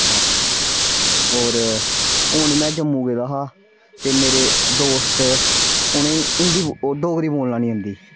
हां और हून में जम्मू गेदा हा ते मेरे दोस्त उनें हिंदी डोगरी बोलना निं औंदी